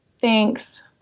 Thanks